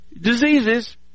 diseases